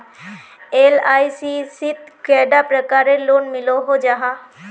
LIC शित कैडा प्रकारेर लोन मिलोहो जाहा?